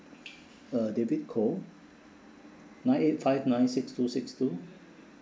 uh david koh nine eight five nine six two six two